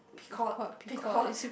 Picoult Picoult